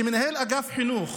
כמנהל אגף חינוך